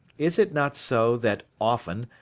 is it not so that, often,